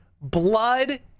blood